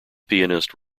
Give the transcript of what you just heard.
pianist